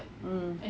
mm